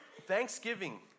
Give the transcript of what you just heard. Thanksgiving